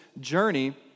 journey